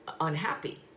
unhappy